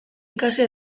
ikasi